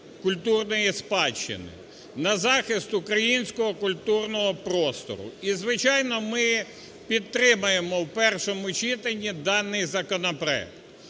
культурної спадщини, на захист українського культурного простору. І звичайно, ми підтримаємо в першому читанні даний законопроект.